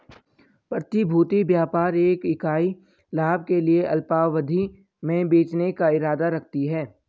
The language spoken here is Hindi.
प्रतिभूति व्यापार एक इकाई लाभ के लिए अल्पावधि में बेचने का इरादा रखती है